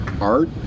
art